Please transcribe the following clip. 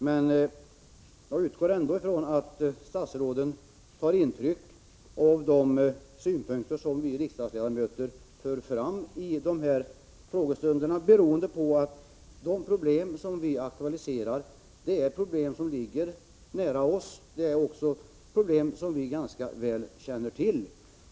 Men jag utgår ändå ifrån att statsråden tar intryck av de synpunkter som vi riksdagsledamöter för fram i dessa frågestunder, eftersom de problem vi aktualiserar är sådana som ligger nära oss och som vi väl känner till.